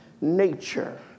nature